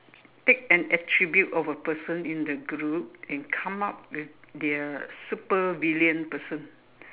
take an attribute of a person in the group and come up with their supervillain person